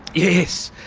yes,